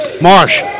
Marsh